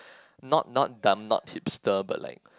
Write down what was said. not not gum not hipster but like